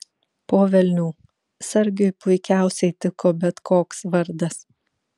po velnių sargiui puikiausiai tiko bet koks vardas